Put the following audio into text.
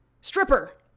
Stripper